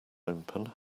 open